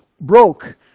broke